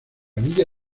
villa